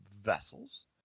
vessels